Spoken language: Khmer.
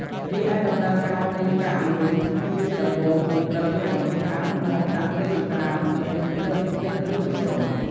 រីឯ ដំណើរការនៃការអាំងវិញ គឺជាដំបូងយើងត្រូវយកបន្ទះអាំងមកដាក់លើចង្រ្កានដែលមានភ្លើងតិចៗឬមធ្យម។